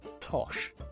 tosh